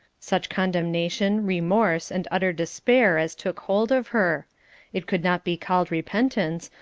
such condemnation, remorse, and utter despair as took hold of her it could not be called repentance,